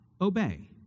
obey